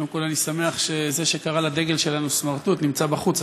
קודם כול אני שמח שזה שקרא לדגל שלנו סמרטוט נמצא בחוץ,